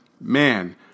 man